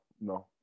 no